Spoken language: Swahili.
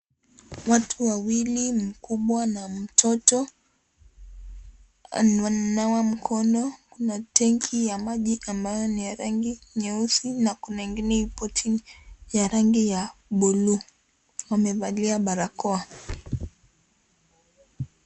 Watu wawili, mkubwa na mtoto, wananawa mkono. Kuna tenki ya maji ambayo ni ya rangi nyeusi na kuna ingine uko chini ya rangi ya blue . Wamevalia balakoa.